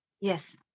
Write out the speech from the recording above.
Yes